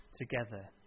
together